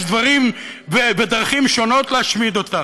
יש דברים ודרכים שונות להשמיד אותה.